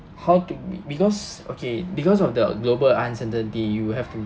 how to be because okay because of the global uncertainty you have to